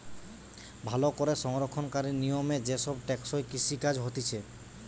ভালো করে সংরক্ষণকারী নিয়মে যে সব টেকসই কৃষি কাজ হতিছে